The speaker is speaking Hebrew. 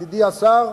ידידי השר,